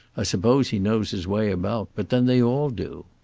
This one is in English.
i suppose he knows his way about, but then they all do.